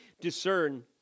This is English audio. discern